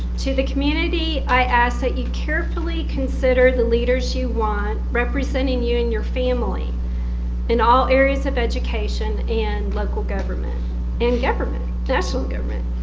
to the community i ask that you carefully consider the leaders you want representing you and your family in all areas of education and local government and government, national government.